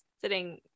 sitting